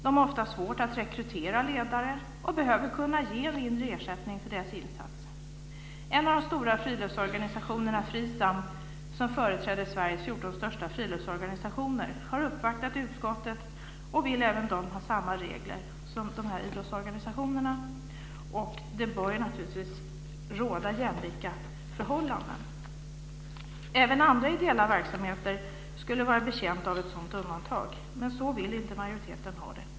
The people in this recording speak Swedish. De har ofta svårt att rekrytera ledare och behöver kunna ge en mindre ersättning för deras insats. FRISAM, som företräder Sveriges 14 största friluftsorganisationer, har uppvaktat utskottet och framfört att man vill ha samma regler som idrottsorganisationerna. Naturligtvis bör det råda jämlika förhållanden. Även andra ideella verksamheter skulle vara betjänta av ett sådant undantag. Men så vill inte majoriteten ha det.